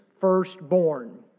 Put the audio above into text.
firstborn